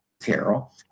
carol